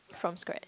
from scratch